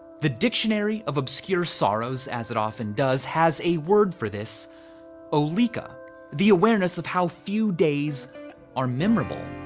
the dictionary of obscure sorrows, as it often does, has a word for this oleka the awareness of how few days are memorable.